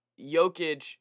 Jokic